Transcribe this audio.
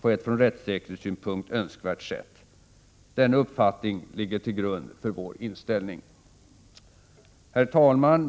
på ett från rättssäkerhetssynpunkt önskvärt sätt. Denna uppfattning ligger till grund för vår inställning. Herr talman!